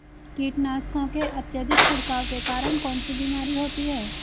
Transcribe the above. कीटनाशकों के अत्यधिक छिड़काव के कारण कौन सी बीमारी होती है?